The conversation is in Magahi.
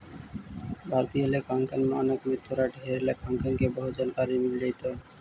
भारतीय लेखांकन मानक में तोरा ढेर लेखांकन के बहुत जानकारी मिल जाएतो